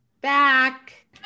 back